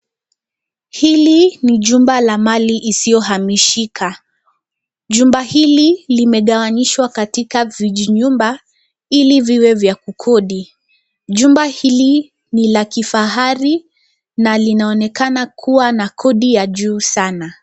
Hili ni jumba la mali isiyohamishika. Jumba hili limegawanishwa katika vijinyumba ili viwe vya kukodi. Jumba hili ni la kifahari na linaonekana kuwa na kodi ya juu sana.